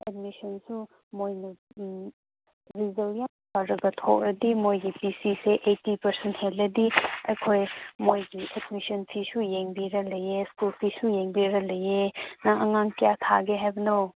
ꯑꯦꯗꯃꯤꯁꯟꯁꯨ ꯃꯣꯏꯅ ꯔꯤꯖꯜꯃꯛ ꯇꯥꯔꯒ ꯊꯣꯛꯑꯗꯤ ꯃꯣꯏꯒꯤ ꯄꯤ ꯁꯤꯁꯦ ꯑꯩꯠꯇꯤ ꯄꯔꯁꯦꯟ ꯍꯦꯜꯂꯗꯤ ꯑꯩꯈꯣꯏ ꯃꯣꯏꯒꯤ ꯑꯦꯗꯃꯤꯁꯟ ꯐꯤꯁꯨ ꯌꯦꯡꯕꯤꯔ ꯂꯩꯌꯦ ꯁ꯭ꯀꯨꯜ ꯐꯤꯁꯨ ꯌꯦꯡꯕꯤꯔ ꯂꯩꯌꯦ ꯅꯪ ꯑꯉꯥꯡ ꯀꯌꯥ ꯊꯥꯒꯦ ꯍꯥꯏꯕꯅꯣ